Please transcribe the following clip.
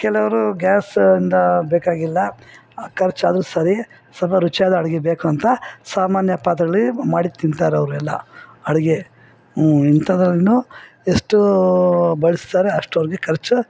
ಕೆಲವರು ಗ್ಯಾಸ ಇಂದ ಬೇಕಾಗಿಲ್ಲ ಖರ್ಚಾದರೂ ಸರಿ ಸ್ವಲ್ಪ ರುಚಿಯಾದ ಅಡಿಗೆ ಬೇಕು ಅಂತ ಸಾಮಾನ್ಯ ಪಾತ್ರೆಗಳಲ್ಲಿ ಮಾಡಿ ತಿಂತಾರವರೆಲ್ಲ ಅಡಿಗೆ ಇಂಥದನ್ನು ಎಷ್ಟು ಬಳಸ್ತಾರೆ ಅಷ್ಟು ಅವ್ರಿಗೆ ಖರ್ಚು